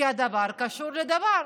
כי דבר קשור בדבר.